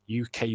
UK